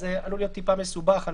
זה עלול להיות טיפה מסובך.